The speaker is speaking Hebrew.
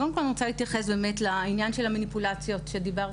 אני רוצה להתייחס לעניין המניפולציות שדיברת